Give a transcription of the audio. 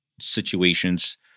situations